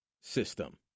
system